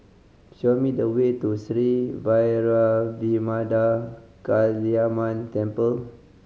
show me the way to Sri Vairavimada Kaliamman Temple